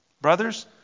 Brothers